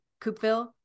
coopville